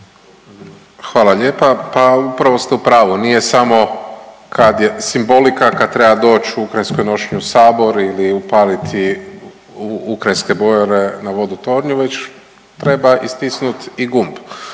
Hvala lijepa. Pa upravo ste u pravu, nije samo kad je simbolika kad treba doć u ukrajinskoj nošnji u Sabor ili upaliti ukrajinske boje na Vodotornju već treba i stisnut i gumb